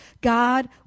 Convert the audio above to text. God